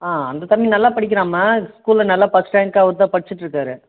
ஆ அந்த தம்பி நல்லா படிக்கிறாம்மா ஸ்கூல்ல நல்லா ஃபஸ்ட் ரேங்க் அவர்தான் படிச்சிகிட்ருக்காரு